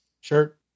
Sure